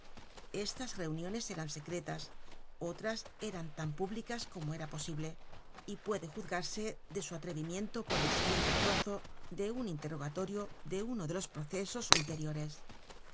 estas reuniones eran secretas otras eran tan públicas como era posible y puede juzgarse de su atrevimiento por el siguiente trozo de un interrogatorio de uno de los procesos ulteriores